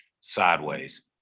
sideways